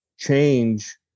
change